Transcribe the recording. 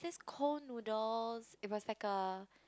cold noodles it was like a